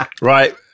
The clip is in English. right